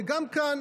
וגם כאן,